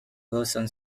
wilson